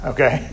Okay